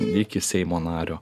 iki seimo nario